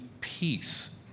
peace